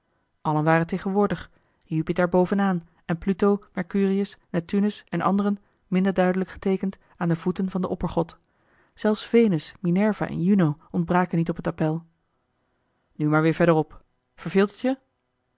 allen waren tegenwoordig jupiter bovenaan en pluto mercurius neptunus en anderen minder duidelijk geteekend aan de voeten van den oppergod zelfs venus minerva en juno ontbraken niet op het appel nu maar weer verder op verveelt het je